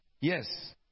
yes